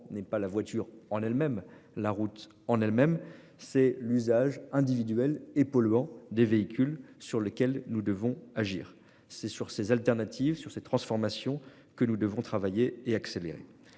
n'est pas la voiture en elle-même la route en elle même c'est l'usage individuel et polluants des véhicules sur lesquels nous devons agir, c'est sur ces alternatives sur ces transformations que nous devons travailler et accélérer.